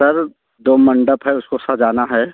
sir दो मंडप है उसको सजाना है